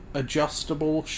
adjustable